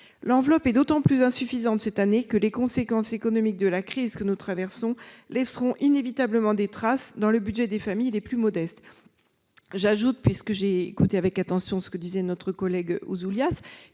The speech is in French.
L'enveloppe est d'autant plus insuffisante cette année que les conséquences économiques de la crise que nous traversons laisseront inévitablement des traces dans le budget des familles les plus modestes. Or, comme le disait notre collègue Pierre Ouzoulias,